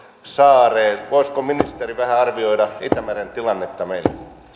saareen voisiko ministeri vähän arvioida itämeren tilannetta meille